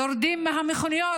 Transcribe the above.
יורדים מהמכוניות,